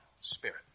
spirit